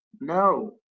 no